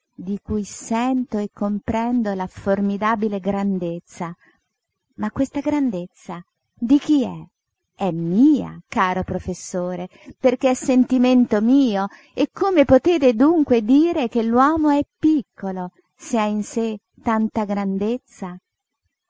di cui sento e comprendo la formidabile grandezza ma questa grandezza di chi è è mia caro professore perché è sentimento mio e come potete dunque dire che l'uomo è piccolo se ha in sé tanta grandezza